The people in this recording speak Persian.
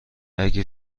اگه